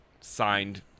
signed